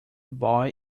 boy